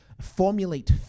formulate